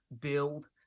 build